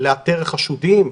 לאתר חשודים,